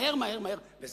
מהר, מהר, מהר.